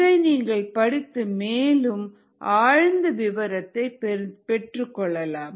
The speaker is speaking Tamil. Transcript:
இதை நீங்கள் படித்து மேலும் ஆழ்ந்த விவரத்தை பெற்றுக்கொள்ளலாம்